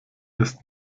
ist